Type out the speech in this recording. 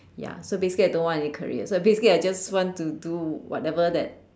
ya so basically I don't want to have any career so basically I just want to do whatever that